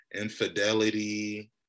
Infidelity